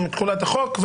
תחולת החוק.